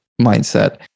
mindset